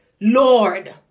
Lord